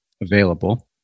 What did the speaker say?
available